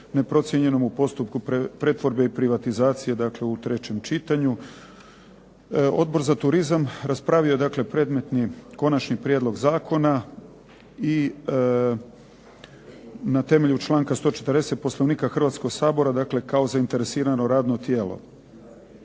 neprocijenjenom u postupku pretvorbe i privatizacije, dakle u trećem čitanju. Odbor za turizam raspravio je dakle predmetni konačni prijedlog zakona i na temelju članka 140. Poslovnika Hrvatskog sabora, dakle kao zainteresirano radno tijelo.